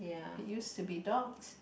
use to be dogs